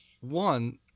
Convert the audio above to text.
one